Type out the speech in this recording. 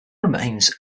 remains